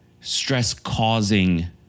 stress-causing